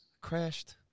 Crashed